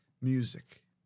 music